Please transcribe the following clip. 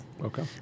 Okay